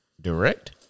Direct